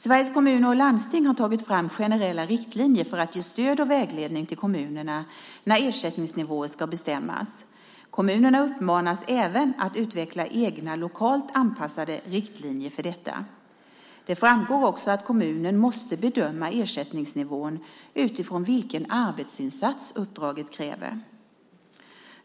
Sveriges Kommuner och Landsting har tagit fram generella riktlinjer för att ge stöd och vägledning till kommunerna när ersättningsnivåer ska bestämmas. Kommunerna uppmanas även att utveckla egna lokalt anpassade riktlinjer för detta. Det framgår också att kommunen måste bedöma ersättningsnivån utifrån vilken arbetsinsats uppdraget kräver.